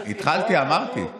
התחלתי, אמרתי.